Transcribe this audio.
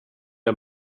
jag